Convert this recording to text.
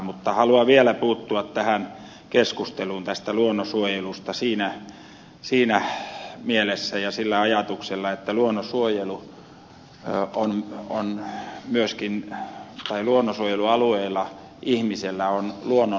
mutta haluan vielä puuttua tähän keskusteluun tästä luonnonsuojelusta siinä mielessä ja sillä ajatuksella että luonnonsuojelualueilla ihmisellä on luonnonhoitovelvoite